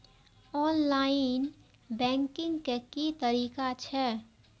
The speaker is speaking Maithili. ऑनलाईन बैंकिंग के की तरीका छै?